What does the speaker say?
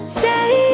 say